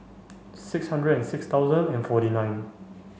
six hundred and six thousand and forty nine